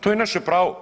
To je naše pravo.